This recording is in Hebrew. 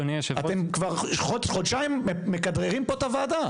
אתם חודשיים מקדרים פה את הוועדה.